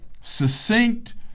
succinct